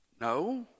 No